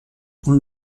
اون